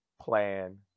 plan